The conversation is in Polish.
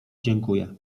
dziękuję